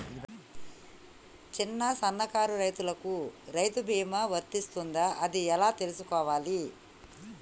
చిన్న సన్నకారు రైతులకు రైతు బీమా వర్తిస్తదా అది ఎలా తెలుసుకోవాలి?